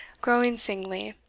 growing singly,